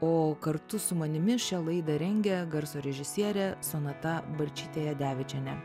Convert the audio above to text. o kartu su manimi šią laidą rengė garso režisierė sonata barčytė jadevičienė